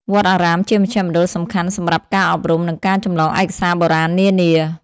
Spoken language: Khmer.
វត្តអារាមជាមជ្ឈមណ្ឌលសំខាន់សម្រាប់ការអប់រំ និងការចម្លងឯកសារបុរាណនានា។